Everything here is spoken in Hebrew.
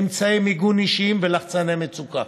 אמצעי מגן אישיים ולחצני מצוקה,